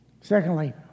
Secondly